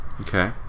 Okay